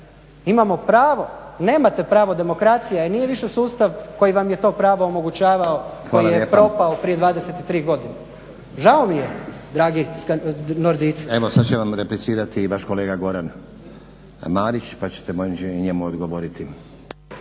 Imamo pravo. Nemate pravo! Demokracija je, nije više sustav koji vam je to pravo omogućavao koji je propao prije 23 godine. Žao mi je, dragi nordijci. **Stazić, Nenad (SDP)** Evo sad će vam replicirati vaš kolega Goran Marić pa ćete moći i njemu odgovoriti.